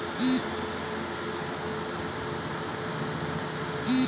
ইউরোপীয়রা আমেরিকা মহাদেশে পদার্পণ করার পর ভুট্টা পৃথিবীর অন্যত্র ছড়িয়ে পড়ে